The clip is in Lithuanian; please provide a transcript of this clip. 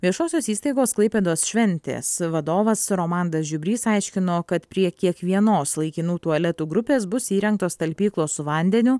viešosios įstaigos klaipėdos šventės vadovas romandas žiubrys aiškino kad prie kiekvienos laikinų tualetų grupės bus įrengtos talpyklos su vandeniu